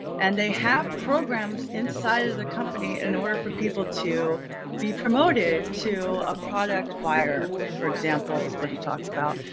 and they have programs inside of the company in order for people to be promoted to a product buyer for examples, what he talked about,